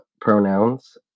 pronouns